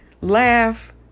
laugh